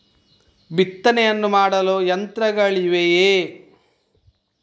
ಬಿತ್ತನೆಯನ್ನು ಮಾಡಲು ಯಂತ್ರಗಳಿವೆಯೇ?